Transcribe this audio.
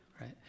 right